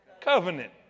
covenant